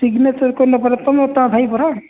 signature କରିଲ ପରା ତୁମେ ତା ଭାଇ ପରା